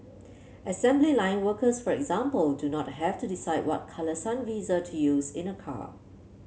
assembly line workers for example do not have to decide what colour sun visor to use in a car